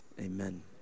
amen